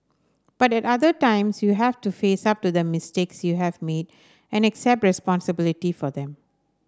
but at other times you have to face up to the mistakes you have made and accept responsibility for them